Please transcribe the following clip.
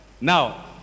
Now